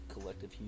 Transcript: collective